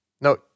No